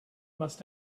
must